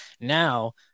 now